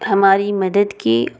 ہماری مدد کی